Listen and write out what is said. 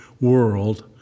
world